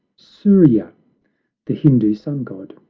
surya the hindoo sun god.